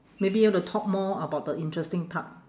maybe you want to talk more about the interesting part